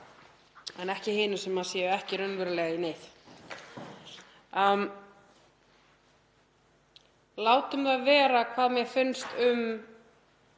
en ekki hinum sem eru ekki raunverulega í neyð. Látum það vera hvað mér finnst um